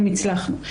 גם הצלחנו.